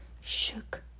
shook